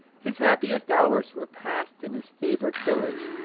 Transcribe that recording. his hap piest hours were passed in his favourite village,